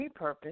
repurpose